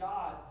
God